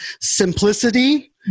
simplicity